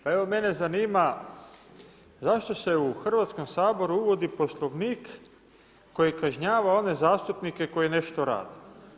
Pa evo mene zanima zašto se u Hrvatskom saboru uvodi Poslovnik koji kažnjava one zastupnike koji nešto rade?